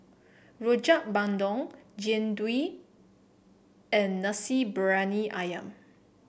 Rojak Bandung Jian Dui and Nasi Briyani ayam